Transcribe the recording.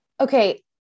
Okay